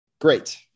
Great